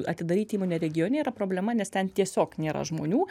atidaryti įmonę regione yra problema nes ten tiesiog nėra žmonių